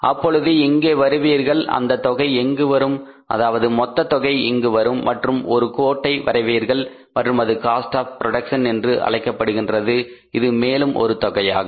அப்பொழுது இங்கே வருவீர்கள் அந்த தொகை எங்கு வரும் அதாவது மொத்த தொகை இங்கு வரும் மற்றும் இங்கு ஒரு கோட்டை வரைவீர்கள் மற்றும் அது காஸ்ட் ஆப் புரோடக்சன் என்று அழைக்கப்படுகின்றது இது மேலும் ஒரு தொகையாகும்